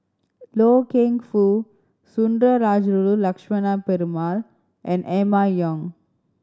Loy Keng Foo Sundarajulu Lakshmana Perumal and Emma Yong